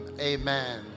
Amen